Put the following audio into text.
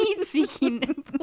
seeking